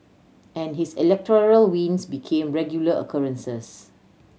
and his electoral wins became regular occurrences